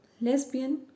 lesbian